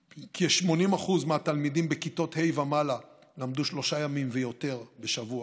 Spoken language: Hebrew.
כ-80% מהתלמידים בכיתות ה' ומעלה למדו שלושה ימים ויותר בשבוע.